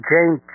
Jane